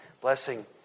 blessing